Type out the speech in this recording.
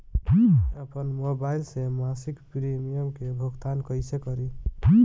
आपन मोबाइल से मसिक प्रिमियम के भुगतान कइसे करि?